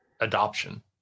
adoption